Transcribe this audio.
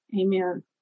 Amen